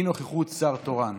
אי-נוכחות שר תורן.